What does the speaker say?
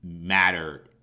mattered